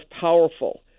powerful